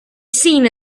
seen